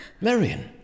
Marion